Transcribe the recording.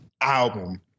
album